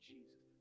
Jesus